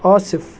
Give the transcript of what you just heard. Asif